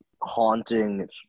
haunting